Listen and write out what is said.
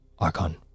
Archon